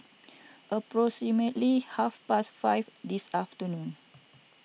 approximately half past five this afternoon